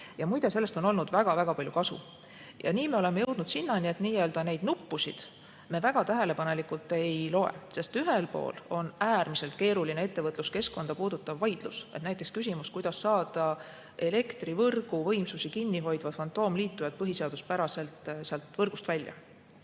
Sellest on olnud väga-väga palju kasu. Nii me oleme jõudnud sinnani, et nii-öelda neid nuppusid me väga tähelepanelikult ei loe, sest ühel pool on äärmiselt keeruline ettevõtluskeskkonda puudutav vaidlus, näiteks küsimus, kuidas saada elektrivõrguvõimsusi kinni hoidvad fantoomliitujad põhiseaduspäraselt sealt võrgust välja.